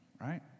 Right